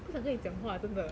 不想跟你讲话真的